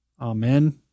Amen